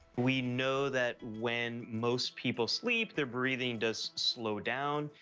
we know that when most people sleep, their breathing does slow down.